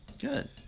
Good